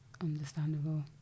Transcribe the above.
Understandable